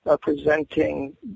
presenting